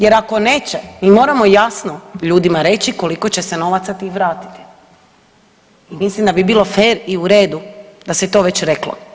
Jer ako neće mi moramo jasno ljudima reći koliko će se novaca tih vratiti i mislim da bi bilo fer i u redu da se to već reklo.